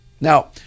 Now